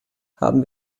haben